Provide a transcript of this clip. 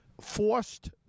forced